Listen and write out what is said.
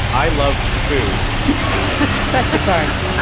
i love food such a bargain